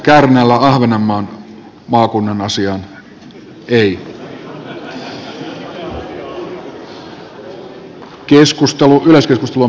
pöytäkirjaan merkitään miten kukin edustaja on äänestänyt